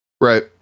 right